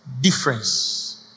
difference